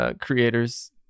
creators